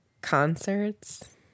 Concerts